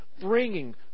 bringing